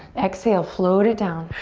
exhale, float it down.